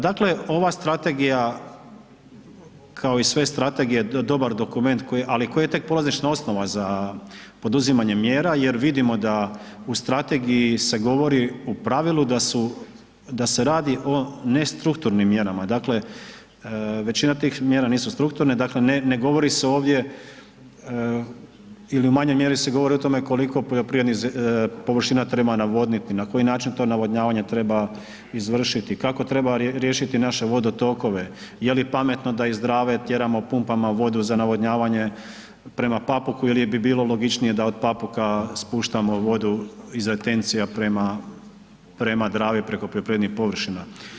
Dakle, ova Strategija, kao i sve Strategije je dobar dokument koji, ali koji je tek polazišna osnova za poduzimanje mjera, jer vidimo da u Strategiji se govori u pravilu da su, da se radi o nestrukturnim mjerama, dakle većina tih mjera nisu strukturne, dakle ne govori se ovdje ili u manjoj mjeri se govori o tome koliko poljoprivrednih površina treba navodniti, na koji način to navodnjavanje treba izvršiti, kako treba riješiti naše vodotokove, je li pametno da iz Drave tjeramo pumpama vodu za navodnjavanje prema Papuku ili bi bilo logičnije da od Papuka spuštamo vodu iz ... prema, prema Dravi preko poljoprivrednih površina.